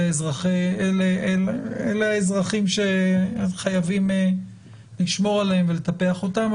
הן לאזרחים שחייבים לשמור עליהם ולטפח אותם,